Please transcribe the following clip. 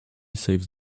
saves